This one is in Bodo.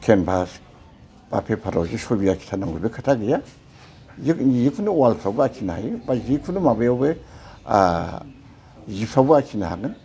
खेनभास बा फेफारावजे सबि आखिथारनांगौ बे नङा खोथा गैया जिखुनु वालफ्रावबो आखिनो हायो बा जिखुनु माबायावबो जिफ्रावबो आखिनो हागोन